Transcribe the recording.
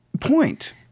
point